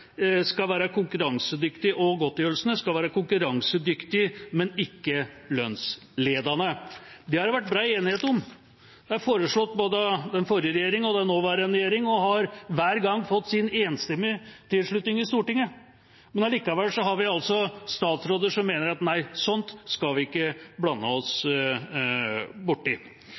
skal være konkurransedyktige og godtgjørelsene konkurransedyktige, men ikke lønnsledende. Det har det vært bred enighet om. Det er foreslått både av den forrige regjeringa og den nåværende regjeringa og har hver gang fått enstemmig tilslutning i Stortinget. Likevel har vi altså statsråder som mener at nei, slikt skal de ikke blande seg borti. Da er det viktig at det i